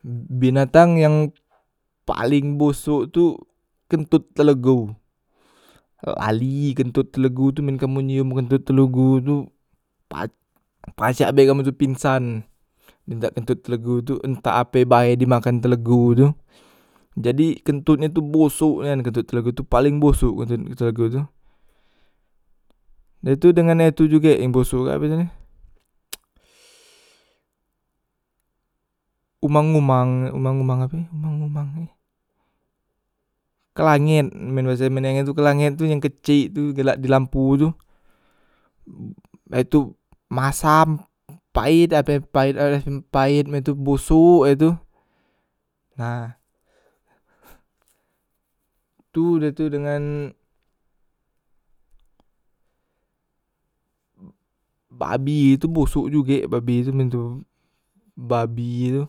Bi binatang yang paleng bosok tu kentot telegu, lali kentot telegu tu men kamu nyium kentot telegu tu pac pacak be kamu tu pingsan ntak kentot telegu tu entah ape bae di makan telegu tu, jadi kentot nyo tu bosok nian, kentot telegu tu paling bosok kentot telegu tu da tu dengan itu juge yang bosok ape namenye umang- umang, umang- umang ape umang- umang ni kelanyet men base e tu kelanyet tu yang kecik tu galak di lampu tu, ha tu masam, pait ape pait alasam pait bosok he tu, nah tu da tu dengan babi tu bosok juge babi tu men tu babi tu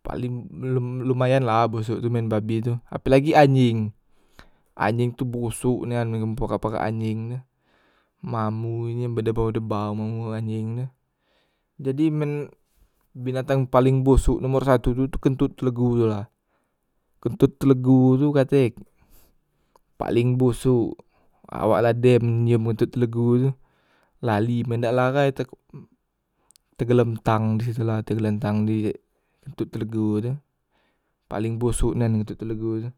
paling belom lumayan lah bosok tu men babi tu apelagi anjeng, anjeng tu bosok nian men pahak- pahak anjeng tu mambu nye bedebau debau mambu anjeng tu, jadi men binatang paleng bosok nomor satu tu kentut telegu tu lah, kentut telegu tu katek paleng bosok, awak la dem nyiom kentot telegu tu lali men dak lahai tegelentang disitu la tegelentang di kentot telegu tu, paling bosok nian kentot telegu tu.